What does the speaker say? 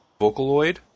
Vocaloid